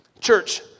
Church